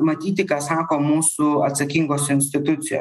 matyti ką sako mūsų atsakingos institucijo